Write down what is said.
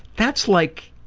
that's like